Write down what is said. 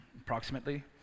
approximately